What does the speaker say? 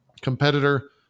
competitor